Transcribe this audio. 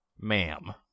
ma'am